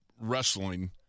wrestling